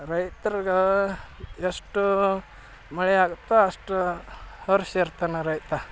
ರೈತ್ರುಗೆ ಎಷ್ಟು ಮಳೆ ಆಗುತ್ತೋ ಅಷ್ಟು ಹರ್ಷ ಇರ್ತಾನ ರೈತ